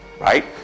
right